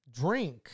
drink